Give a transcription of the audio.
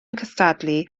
cystadlu